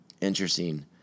interesting